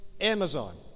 Amazon